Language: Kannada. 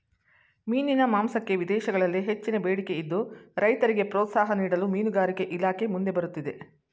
ಮೀನಿನ ಮಾಂಸಕ್ಕೆ ವಿದೇಶಗಳಲ್ಲಿ ಹೆಚ್ಚಿನ ಬೇಡಿಕೆ ಇದ್ದು, ರೈತರಿಗೆ ಪ್ರೋತ್ಸಾಹ ನೀಡಲು ಮೀನುಗಾರಿಕೆ ಇಲಾಖೆ ಮುಂದೆ ಬರುತ್ತಿದೆ